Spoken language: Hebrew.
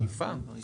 אכיפה.